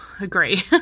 Agree